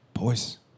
boys